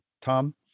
Tom